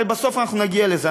הרי בסוף אנחנו נגיע לזה.